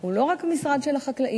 הוא לא רק משרד של החקלאים,